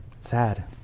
sad